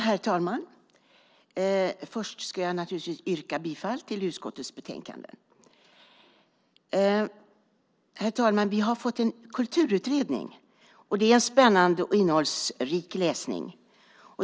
Herr talman! Först vill jag naturligtvis yrka bifall till utskottets förslag. Vi har fått en kulturutredning, och det är en spännande och innehållsrik läsning.